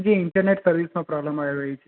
જી internet સર્વિસમાં problem આવી રહી છે